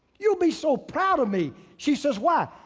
you'll be so proud of me. she says, why?